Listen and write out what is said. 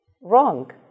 Wrong